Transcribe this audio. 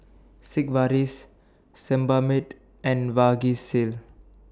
Sigvaris Sebamed and Vagisil